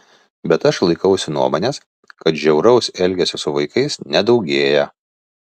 bet aš laikausi nuomonės kad žiauraus elgesio su vaikais nedaugėja